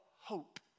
hope